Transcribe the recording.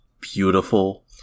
beautiful